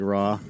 Raw